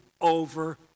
over